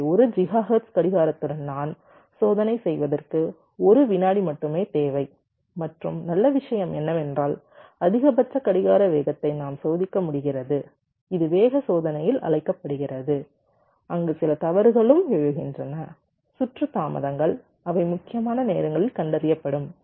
எனவே 1 ஜிகாஹெர்ட்ஸ் கடிகாரத்துடன் நான் சோதனை செய்வதற்கு 1 வினாடி மட்டுமே தேவை மற்றும் நல்ல விஷயம் என்னவென்றால் அதிகபட்ச கடிகார வேகத்தை நாம் சோதிக்க முடிகிறது இது வேக சோதனையில் அழைக்கப்படுகிறது அங்கு சில தவறுகளும் எழுகின்றன சுற்று தாமதங்கள் அவை முக்கியமான நேரங்களும் கண்டறியப்படும்